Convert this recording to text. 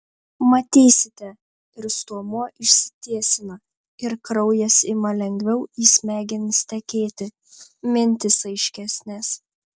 matysite ir stuomuo išsitiesina ir kraujas ima lengviau į smegenis tekėti mintys aiškesnės